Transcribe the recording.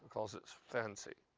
because it's fancy.